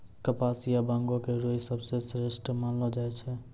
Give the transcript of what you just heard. कपास या बांगो के रूई सबसं श्रेष्ठ मानलो जाय छै